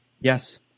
Yes